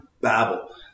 babble